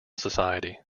society